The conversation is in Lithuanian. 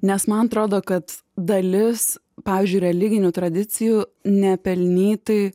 nes man atrodo kad dalis pavyzdžiui religinių tradicijų nepelnytai